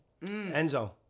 Enzo